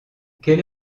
quel